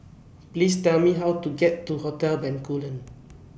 Please Tell Me How to get to Hotel Bencoolen